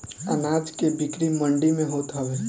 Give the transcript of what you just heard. अनाज के बिक्री मंडी में होत हवे